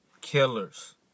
killers